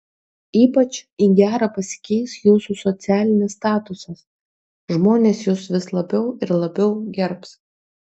ypač į gerą pasikeis jūsų socialinis statusas žmonės jus vis labiau ir labiau gerbs